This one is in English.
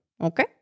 okay